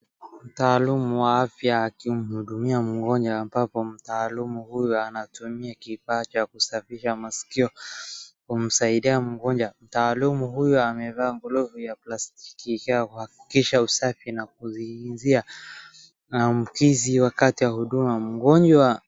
Taalumu wa afya akimhudumia mgonjwa ambapo mtaalumu huyu anatumia kifaa cha kusafisha masikio kumsaidia mgonjwa. Mtaalumu huyu amevaa glovu ya plastiki kwa kuhakikisha usafi na kuzuia maambukizi wakati wa huduma. Mgonjwa.